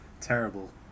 terrible